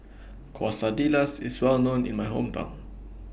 Quesadillas IS Well known in My Hometown